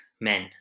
men